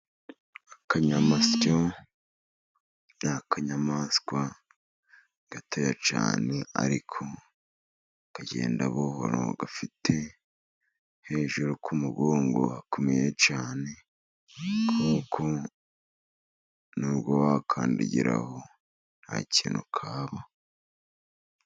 Akanyamasyo ni akanyamaswa gatoya cyane, ariko kagenda buhoro, gafite hejuru ku mugongo hakomeye cyane, kuko nubwo wakandagiraho nta kintu kaba.